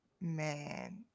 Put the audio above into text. man